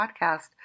podcast